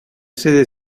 sede